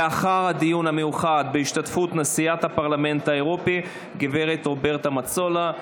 לאחר הדיון המיוחד בהשתתפות נשיאת הפרלמנט האירופי גב' רוברטה מטסולה.